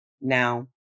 Now